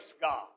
God